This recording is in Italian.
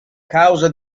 causa